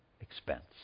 expense